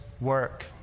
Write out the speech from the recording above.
work